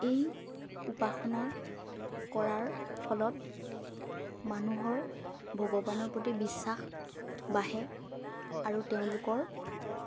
এই উপাসনা কৰাৰ ফলত মানুহৰ ভগৱানৰ প্ৰতি বিশ্বাস বাঢ়ে আৰু তেওঁলোকৰ